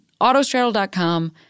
autostraddle.com